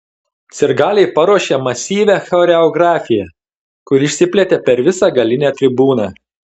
sirgaliai paruošė masyvią choreografiją kuri išsiplėtė per visą galinę tribūną